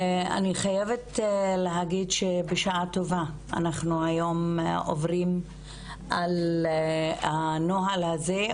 אני חייבת להגיד שבשעה טובה אנחנו היום עוברים על הנוהל הזה,